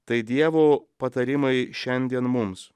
tai dievo patarimai šiandien mums